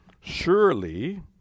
Surely